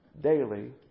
daily